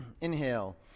inhale